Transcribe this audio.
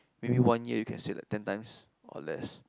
maybe one year you can say like ten times or less